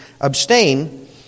abstain